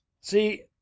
See